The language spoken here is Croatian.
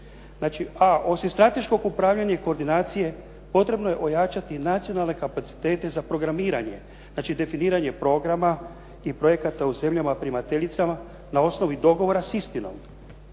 osim strateškog upravljanja i koordinacije potrebno je ojačati nacionalne kapacitete za programiranje. Znači, definiranje programa i projekata u zemljama primateljicama na osnovi dogovora s istinom.